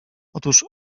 otóż